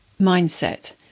mindset